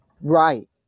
Right